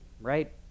right